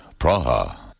Praha